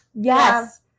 Yes